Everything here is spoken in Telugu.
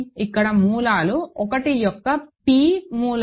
ఇక్కడ మూలాలు 1 యొక్క p వ మూలాలు